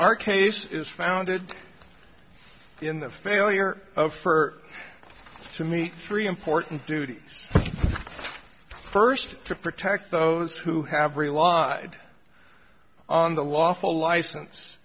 our case is founded in the failure of her to meet three important duties first to protect those who have relied on the lawful license